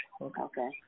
Okay